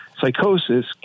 Psychosis